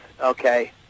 okay